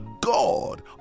god